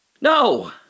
No